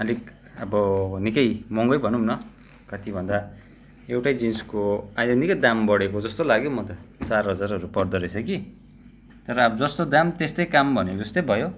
आलिक अब निक्कै महँगै भनुम् न कति भन्दा एउटै जिन्सको अहिले निक्कै दाम बढेको जस्तो लाग्यो म त चार हजारहरू पर्दोरहेछ कि तर अब जस्तो दाम त्यस्तै काम भनेको जस्तै भयो